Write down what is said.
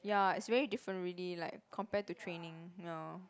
ya is very different really like compare to training ya